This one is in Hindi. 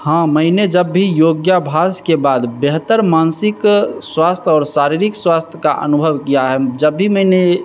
हाँ मैंने जब भी योग्यभास के बाद बेहतर मानसिक स्वास्थ्य और शारीरिक स्वास्थ्य का अनुभव किया है जब भी मैंने